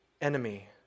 enemy